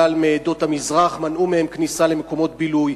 שהם מעדות המזרח מנעו מהם כניסה למקומות בילוי,